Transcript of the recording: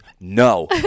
no